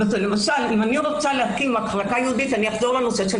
למשל אם אני רוצה להקים מחלקה ייעודית אחזור לנושא של